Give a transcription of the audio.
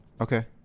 Okay